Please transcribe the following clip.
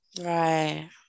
Right